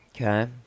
Okay